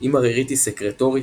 אם הרירית היא סקרטורית,